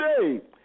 today